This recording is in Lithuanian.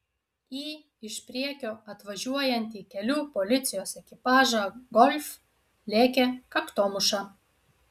į iš priekio atvažiuojantį kelių policijos ekipažą golf lėkė kaktomuša